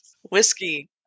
Whiskey